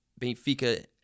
Benfica